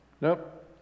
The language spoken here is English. Nope